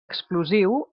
explosiu